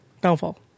downfall